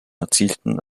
erzielten